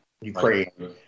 ukraine